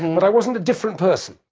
but i wasn't a different person